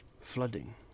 flooding